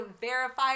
verified